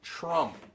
trump